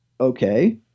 okay